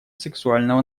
сексуального